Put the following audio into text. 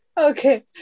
okay